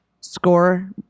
Score